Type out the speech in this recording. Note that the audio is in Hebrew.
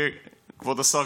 כבוד השר גלנט: